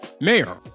mayor